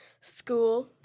School